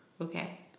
Okay